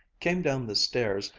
came down the stairs,